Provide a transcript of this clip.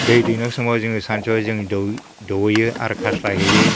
दै दौनाय समाव जोङो सानसुफुआव जोङो दौहैयो आरो खास्लायहैयो